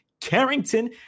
carrington